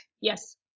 yes